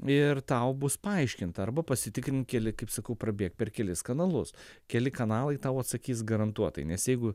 ir tau bus paaiškinta arba pasitikrink keli kaip sakau prabėk per kelis kanalus keli kanalai tau atsakys garantuotai nes jeigu